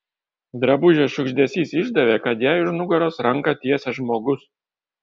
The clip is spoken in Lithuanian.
drabužio šiugždesys išdavė kad jai už nugaros ranką tiesia žmogus